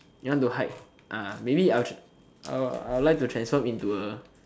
you want to hide ah maybe I'll tr~ I'll I'll like to transform into a